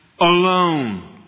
alone